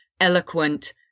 eloquent